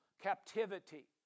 captivity